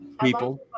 people